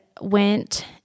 went